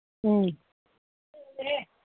ꯎꯝ